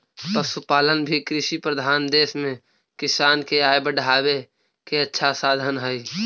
पशुपालन भी कृषिप्रधान देश में किसान के आय बढ़ावे के अच्छा साधन हइ